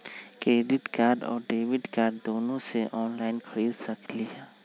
Credit card और debit card दोनों से ऑनलाइन खरीद सकली ह?